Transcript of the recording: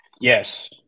Yes